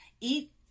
eat